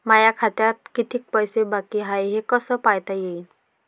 माया खात्यात कितीक पैसे बाकी हाय हे कस पायता येईन?